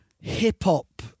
hip-hop